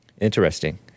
Interesting